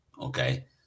okay